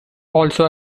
also